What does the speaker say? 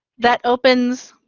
that opens